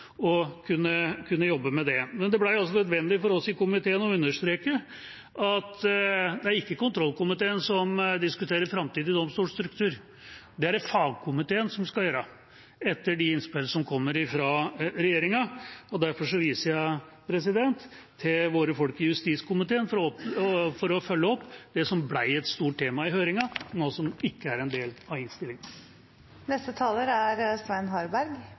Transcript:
og kunne jobbe med det. Det ble også nødvendig for oss i komiteen å understreke at det er ikke kontrollkomiteen som diskuterer framtidig domstolstruktur. Det er det fagkomiteen som skal gjøre etter de innspill som kommer fra regjeringa. Derfor viser jeg til våre folk i justiskomiteen for å følge opp det som ble et stort tema i høringen, men som ikke er en del av innstillinga. Det norske folks rettssikkerhet er